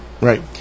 Right